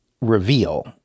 reveal